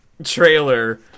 trailer